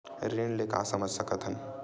ऋण ले का समझ सकत हन?